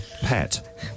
pet